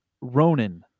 Ronan